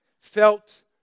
felt